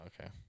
Okay